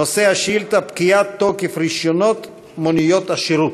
נושא השאילתה: פקיעת תוקף רישיונות מוניות השירות.